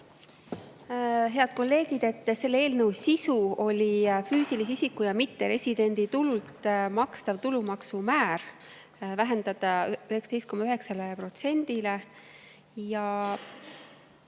Head kolleegid! Selle eelnõu sisu oli füüsilise isiku ja mitteresidendi tulult makstava tulumaksumäära vähendamine 19,9%-le.